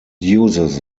uses